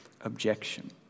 objection